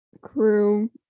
crew